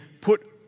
put